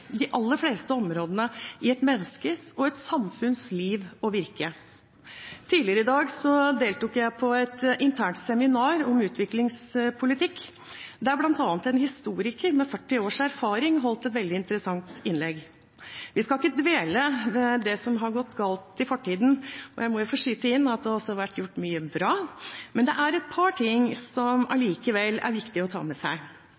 de aller fleste områdene i menneskets og samfunnets liv og virke. Tidligere i dag deltok jeg på et internt seminar om utviklingspolitikk, der bl.a. en historiker med 40 års erfaring holdt et veldig interessant innlegg. Vi skal ikke dvele ved det som har gått galt i fortiden, og jeg må jo få skyte inn at det også har vært gjort mye bra, men det er et par ting som allikevel er viktig å ta med seg.